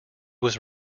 was